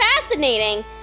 fascinating